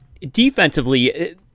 defensively